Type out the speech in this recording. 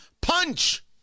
Punch